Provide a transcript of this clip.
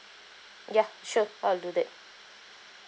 ya sure I'll do that